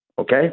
Okay